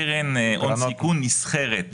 אם נחזור אחורה,